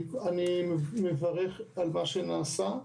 אני מברך על מה שנעשה.